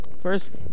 first